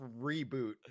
reboot